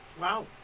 Wow